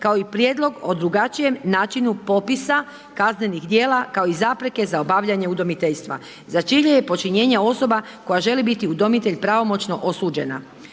kao i prijedlog o drugačijem načinu popisa kaznenih djela kao i zapreke za obavljanje udomiteljstva za čije je počinjenje osoba koja želi biti udomitelj pravomoćno osuđena.